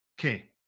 Okay